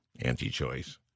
anti-choice